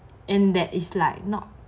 and that is like not